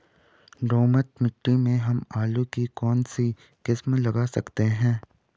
दोमट मिट्टी में हम आलू की कौन सी किस्म लगा सकते हैं?